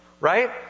Right